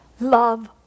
love